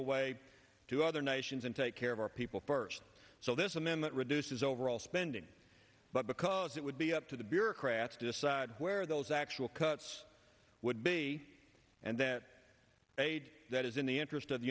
away to other nations and take care of our people first so this amendment reduces overall spending but because it would be up to the bureaucrats decide where those actual cuts would be and that aid that is in the interest of the